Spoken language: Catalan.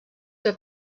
que